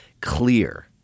clear